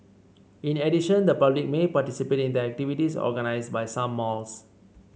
in addition the public may participate in the activities organised by some malls